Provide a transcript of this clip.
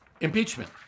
Impeachment